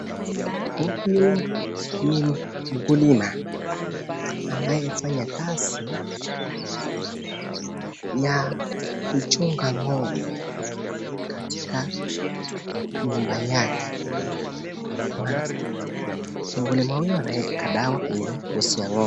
Huyu ni mkulima anayefanya kazi ya kuchunga ng'ombe katika nyumba yake, mkulima huyu anaeka dawa kwenye ngozi ya ng'ombe.